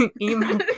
email